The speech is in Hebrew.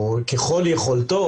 ככל יכולתו,